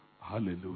Hallelujah